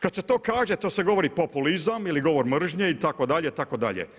Kad se to kaže to se govori populizam ili govor mržnje itd., itd.